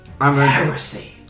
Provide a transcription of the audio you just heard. Heresy